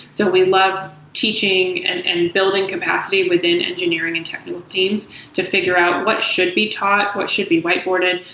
so we love teaching and and building capacity within engineering and technical teams to figure out what should be taught, what should be whiteboarded,